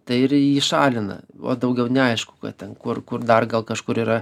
tai ir jį šalina o daugiau neaišku ką ten kur kur dar gal kažkur yra